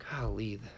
golly